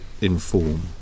inform